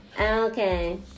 Okay